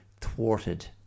thwarted